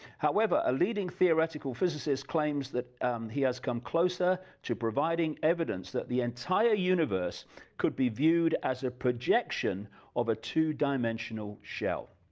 however a leading theoretical physicist claims that he has come closer to providing evidence that the entire universe could be viewed as a projection of a two dimensional shell,